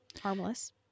Harmless